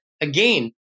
Again